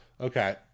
Okay